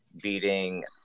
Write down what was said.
beating